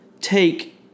take